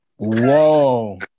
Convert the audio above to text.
Whoa